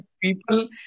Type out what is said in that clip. people